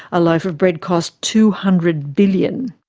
a loaf of bread cost two hundred billion.